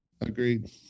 Agreed